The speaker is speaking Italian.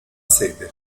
sede